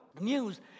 news